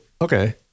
okay